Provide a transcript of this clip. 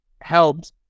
helped